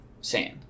sand